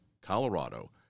Colorado